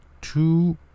two